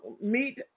meet